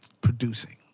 producing